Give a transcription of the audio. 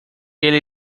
ele